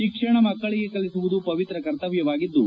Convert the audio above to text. ಶಿಕ್ಷಣ ಮಕ್ಕಳಿಗೆ ಕಲ್ಪಿಸುವುದು ಪವಿತ್ರ ಕರ್ತಮ್ಲವಾಗಿದ್ಲು